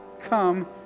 come